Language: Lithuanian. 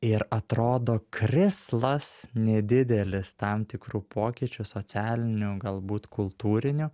ir atrodo krislas nedidelis tam tikrų pokyčių socialinių galbūt kultūrinių